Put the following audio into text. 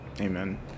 amen